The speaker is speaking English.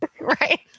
Right